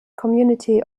community